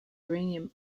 uranium